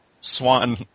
swan